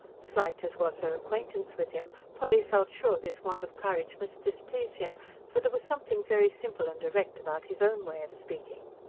slight as was her acquaintance with him, polly felt sure this want of courage must displease him for there was something very simple and direct about his own way of speaking.